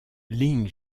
ling